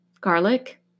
garlic